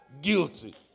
Guilty